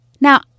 Now